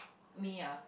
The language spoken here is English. me lah